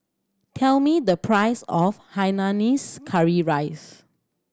tell me the price of hainanese curry rice